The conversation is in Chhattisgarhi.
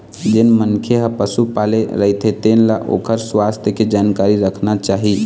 जेन मनखे ह पशु पाले रहिथे तेन ल ओखर सुवास्थ के जानकारी राखना चाही